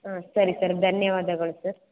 ಹಾಂ ಸರಿ ಸರ್ ಧನ್ಯವಾದಗಳು ಸರ್